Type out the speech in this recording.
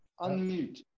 Unmute